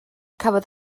cafodd